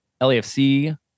LAFC